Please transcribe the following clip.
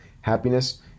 happiness